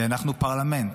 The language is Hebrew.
כי אנחנו פרלמנט,